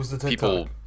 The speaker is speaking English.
people